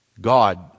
God